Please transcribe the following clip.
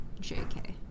JK